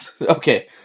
Okay